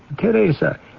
Teresa